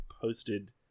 posted